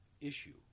issue